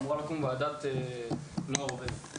אמורה לקום ועדת נוער עובד,